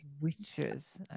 Witches